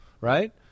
right